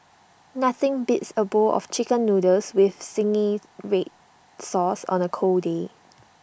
nothing beats A bowl of Chicken Noodles with Zingy Red Sauce on A cold day